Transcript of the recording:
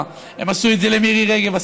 הם עשו את זה לשר איוב קרא לפני שבוע,